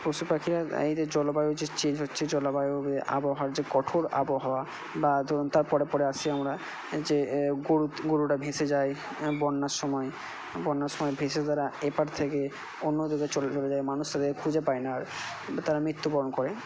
পশুপাখিরা এই যে জলবায়ু যে চেঞ্জ হচ্ছে জলবায়ুর এ আবহাওয়ার যে কঠোর আবহাওয়া বা ধরুন তার পরে পরে আসছি আমরা যে গোরু গোরুরা ভেসে যায় বন্যার সময় বন্যার সময় ভেসে তারা এপার থেকে অন্য জায়গায় চলে টলে যায় মানুষ তাদের খুঁজে পায় না আর তারা মৃত্যুবরণ করে